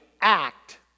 act